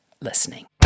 listening